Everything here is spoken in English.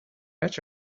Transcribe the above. fetch